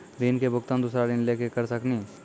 ऋण के भुगतान दूसरा ऋण लेके करऽ सकनी?